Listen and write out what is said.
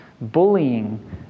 bullying